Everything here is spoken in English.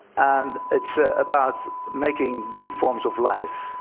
and it's about making new forms of life.